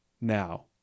now